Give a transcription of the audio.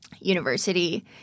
university